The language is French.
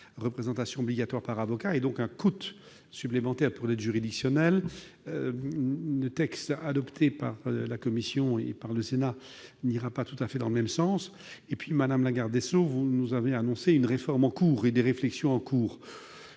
représentation obligatoire par avocat, et donc un coût supplémentaire pour l'aide juridictionnelle. Cependant, le texte adopté par la commission et par le Sénat n'ira pas tout à fait dans le même sens. Par ailleurs, madame la garde des sceaux, vous nous avez annoncé une réforme tirant les conséquences de réflexions en cours,